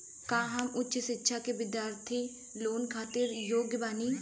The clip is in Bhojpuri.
का हम उच्च शिक्षा के बिद्यार्थी लोन खातिर योग्य बानी?